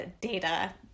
data